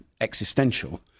existential